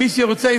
אפשרות שנייה,